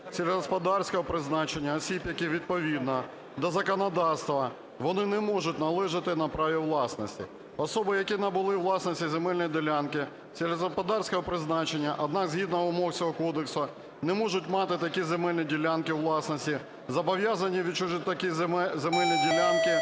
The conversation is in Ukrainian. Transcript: сільськогосподарського призначення осіб, яким відповідно до законодавства, вони не можуть належати на праві власності. Особи, які набули у власність земельні ділянки сільськогосподарського призначення, однак згідно вимог цього Кодексу не можуть мати такі земельні ділянки у власності, зобов’язані відчужити такі земельні ділянки